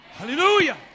Hallelujah